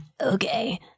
Okay